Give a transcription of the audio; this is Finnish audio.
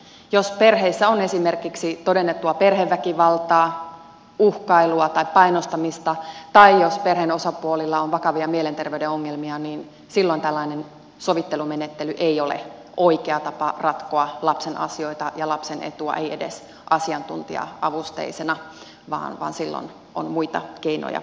jos perheessä on esimerkiksi todennettua perheväkivaltaa uhkailua tai painostamista tai jos perheen osapuolilla on vakavia mielenterveyden ongelmia niin silloin tällainen sovittelumenettely ei ole oikea tapa ratkoa lapsen asioita ja lapsen etua ei edes asiantuntija avusteisena vaan silloin on muita keinoja syytä käyttää